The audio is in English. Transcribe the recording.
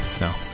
No